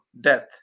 death